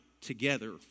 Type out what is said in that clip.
together